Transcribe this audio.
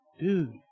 dude